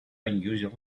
unusual